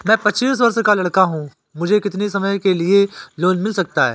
मैं पच्चीस वर्ष का लड़का हूँ मुझे कितनी समय के लिए लोन मिल सकता है?